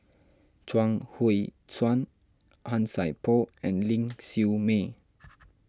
Chuang Hui Tsuan Han Sai Por and Ling Siew May